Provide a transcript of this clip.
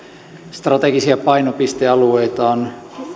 strategisia painopistealueita ovat